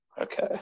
Okay